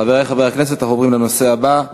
חברי חברי הכנסת, אנחנו עוברים לנושא הבא,